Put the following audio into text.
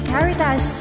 Caritas